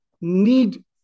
need